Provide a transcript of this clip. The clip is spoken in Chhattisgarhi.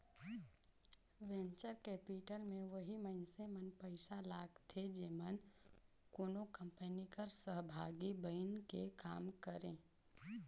वेंचर कैपिटल में ओही मइनसे मन पइसा लगाथें जेमन कोनो कंपनी कर सहभागी बइन के काम करें